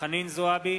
חנין זועבי,